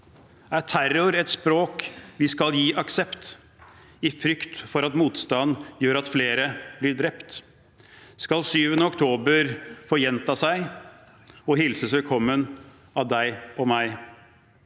Er terror et språk vi skal gi aksept, i frykt for at motstand gjør at flere blir drept? Skal 7. oktober få gjenta seg og hilses velkommen av deg og meg?